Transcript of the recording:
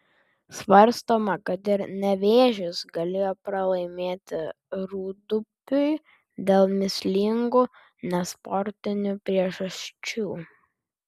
svarstoma kad ir nevėžis galėjo pralaimėti rūdupiui dėl mįslingų nesportinių priežasčių